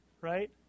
right